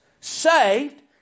saved